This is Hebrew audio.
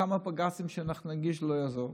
כמה בג"צים שאנחנו נגיש, זה לא יעזור,